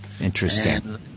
interesting